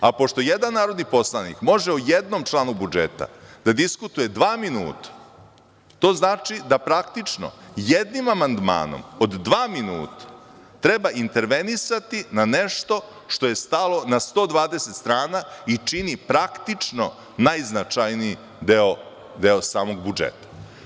Pošto jedan narodni poslanik može o jednom članu budžeta da diskutuje dva minuta, to znači da praktično jednim amandmanom od dva minuta treba intervenisati na nešto što je stalo na 120 strana i čini praktično najznačajniji deo samog budžeta.